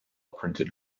printed